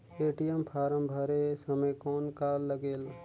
ATM form भरे समय कौन का लगेल?